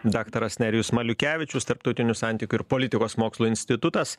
daktaras nerijus maliukevičius tarptautinių santykių ir politikos mokslų institutas